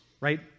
right